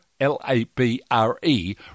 labre